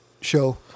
show